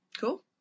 Cool